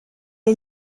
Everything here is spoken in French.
est